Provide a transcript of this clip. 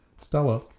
Stella